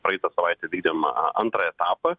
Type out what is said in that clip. praeitą savaitę vykdėm a antrą etapą